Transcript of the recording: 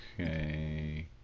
okay